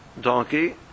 donkey